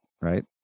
right